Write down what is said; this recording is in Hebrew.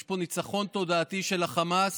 יש פה ניצחון תודעתי של החמאס,